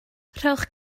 rhowch